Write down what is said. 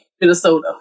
Minnesota